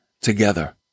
together